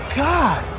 god